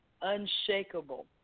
unshakable